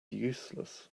useless